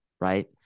right